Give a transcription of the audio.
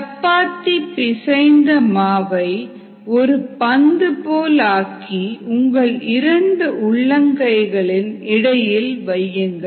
சப்பாத்தி பிசைந்த மாவை ஒரு பந்து போல் ஆக்கி உங்கள் 2 உள்ளங்கைகளின் இடையில் வையுங்கள்